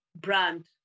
brand